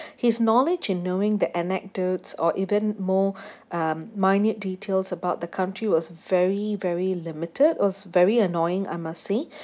his knowledge in knowing the anecdotes or even more uh minute details about the country was very very limited was very annoying I must say